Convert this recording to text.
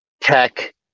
Tech